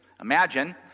Imagine